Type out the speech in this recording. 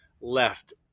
left